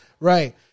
Right